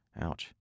Ouch